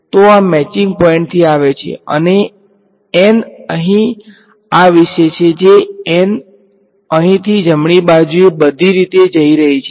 તો આ મેચિંગ પોઈન્ટથી આવે છે અને n અહીં આ વિશે છે જે n અહીંથી જમણી બાજુએ બધી રીતે જઈ રહી છે